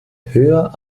höher